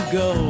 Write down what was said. go